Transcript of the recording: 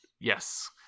yes